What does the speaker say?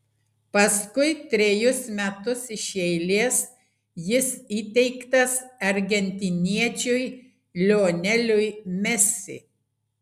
paskui trejus metus iš eilės jis įteiktas argentiniečiui lioneliui messi